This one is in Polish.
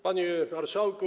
Panie Marszałku!